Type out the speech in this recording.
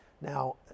Now